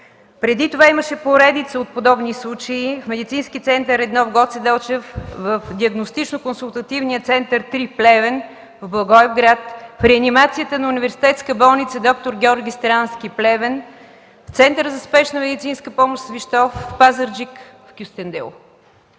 Преди това имаше поредица от подобни случаи. В Медицински център – 1 в Гоце Делчев, в Диагностично-консултативния център – 3, в Плевен, в Благоевград, в реанимацията на Университетска болница „Д-р Георги Странски” – Плевен, Център за спешна медицинска помощ – Свищов, в Пазарджик, в Кюстендил.